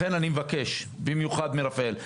לכן אני מבקש, במיוחד ברפאל.